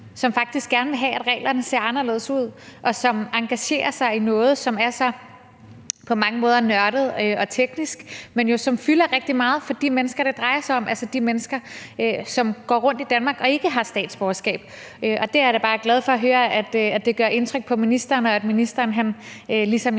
gerne vil have, at reglerne ser anderledes ud, og som engagerer sig i noget, som på mange måder er så nørdet og teknisk, men som jo fylder rigtig meget for de mennesker, det drejer sig om, altså de mennesker, som går rundt i Danmark og ikke har statsborgerskab. Og der er jeg da bare glad for at høre, at det gør indtryk på ministeren, og at ministeren ligesom jeg